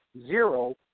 Zero